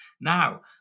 now